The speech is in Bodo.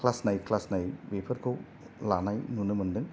क्लास नाय क्लास बेफोरखौ लानाय नुनो मोनदों